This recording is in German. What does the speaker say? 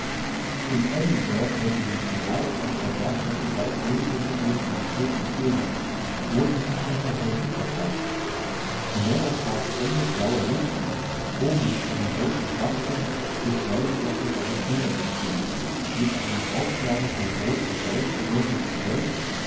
in edinburgh wird die nationaltracht der bergschotten weit weniger gesehen als hier in stirling wo dieses schon sehr häufig der fall ist die männer tragen enge blaue mützen oben mit einer roten quaste bisweilen auch mit einer feder geziert mit einem aufschlage von rot und weiß gewürfeltem zeuch